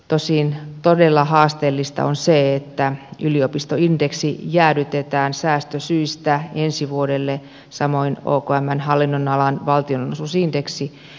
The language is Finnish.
tosin todella haasteellista on se että yliopistoindeksi jäädytetään säästösyistä ensi vuodelle samoin okmn hallinnonalan valtionosuusindeksi